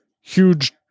huge